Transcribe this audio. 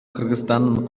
кыргызстандын